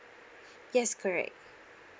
yes correct